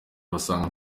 basanga